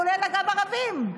כולל ערבים,